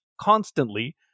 constantly